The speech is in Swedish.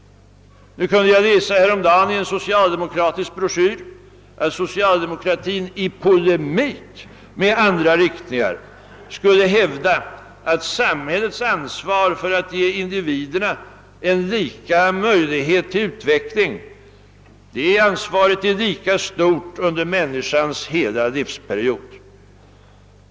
Häromdagen läste jag i en socialdemokratisk broschyr att socialdemokratin i polemik med andra riktningar skulle hävda att samhällets ansvar för att ge individerna lika möjlighet till utveckling är lika stort under människans hela livsperiod.